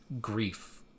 Grief